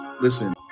Listen